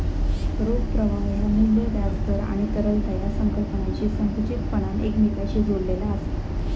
रोख प्रवाह ह्या मू्ल्य, व्याज दर आणि तरलता या संकल्पनांशी संकुचितपणान एकमेकांशी जोडलेला आसत